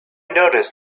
noticed